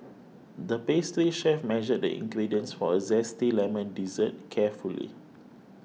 the pastry chef measured the ingredients for a Zesty Lemon Dessert carefully